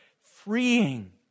freeing